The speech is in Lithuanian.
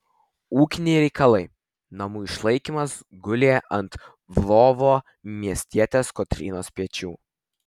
ūkiniai reikalai namų išlaikymas gulė ant lvovo miestietės kotrynos pečių